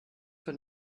von